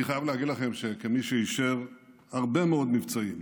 אני חייב להגיד לכם שכמי שאישר הרבה מאוד מבצעים